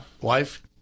wife